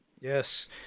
Yes